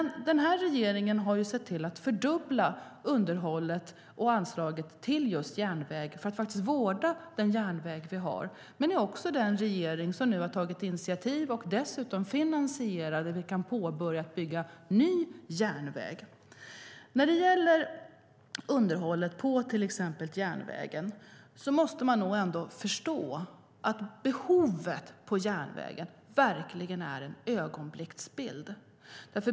Regeringen har sett till att fördubbla underhållet och anslaget till just järnväg för att vårda den järnväg vi har. Det är också den regering som har tagit initiativ och sett till att ordna finansiering så att en ny järnväg kan påbörjas. När det gäller underhållet på järnvägen måste man förstå att behovet inom järnvägen verkligen är en ögonblicksbild.